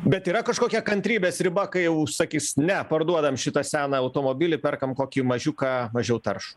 bet yra kažkokia kantrybės riba kai jau sakys ne parduodam šitą seną automobilį perkam kokį mažiuką mažiau taršų